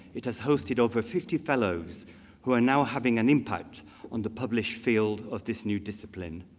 it has hosted over fifty fellows who are now having an impact on the published field of this new discipline.